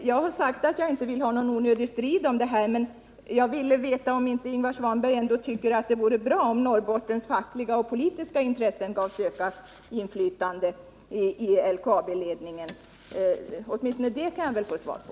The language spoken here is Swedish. Jag har sagt att jag inte vill ha någon onödig strid, men jag vill veta om Ingvar Svanberg ändå inte tycker att det vore bra om Norrbottens fackliga och politiska intressen gavs ökat inflytande i LKAB-ledningen. Åtminstone det kan jag väl få svar på.